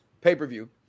pay-per-view